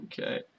Okay